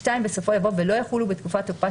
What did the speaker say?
(2) בסופו יבוא "ולא יחולו בתקופת תקופה